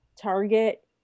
Target